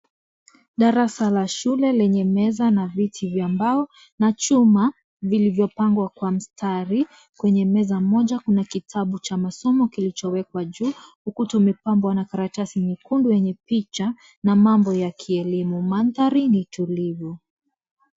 Darasa la shule lenye meza na dirisha ya mbao na chuma vilivyo pangwa kwa msitari ,kwenye meza moja kuna kitabu cha masomo kilichowekwa juu huku tumepambwa na karatasi nyekundu ,picha na mambo ya kielinu, mandhari ni tulivu.